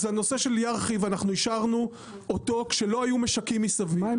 אז הנושא של ירחיב אנחנו אישרנו אותו כשלא היו משקים מסביב.